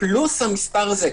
פלוס המספר הזה,